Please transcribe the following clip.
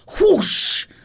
whoosh